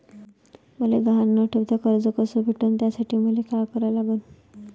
मले गहान न ठेवता कर्ज कस भेटन त्यासाठी मले का करा लागन?